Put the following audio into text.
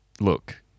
Look